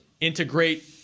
integrate